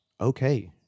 Okay